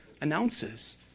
announces